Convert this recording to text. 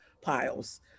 piles